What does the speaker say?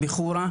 מחורה.